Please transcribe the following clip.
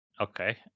Okay